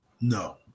No